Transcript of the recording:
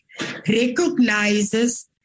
recognizes